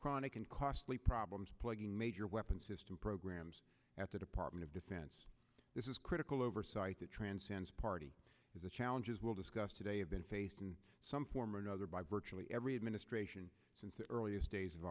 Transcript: chronic and costly problems plaguing major weapon system programs at the department of defense this is critical oversight that transcends party to the challenges we'll discuss today have been faced in some form or another by virtually every administration since the earliest days of